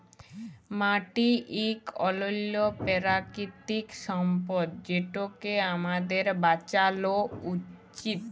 মাটি ইক অলল্য পেরাকিতিক সম্পদ যেটকে আমাদের বাঁচালো উচিত